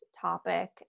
topic